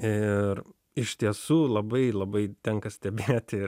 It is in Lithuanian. ir iš tiesų labai labai tenka stebėti